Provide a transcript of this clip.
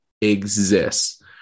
exists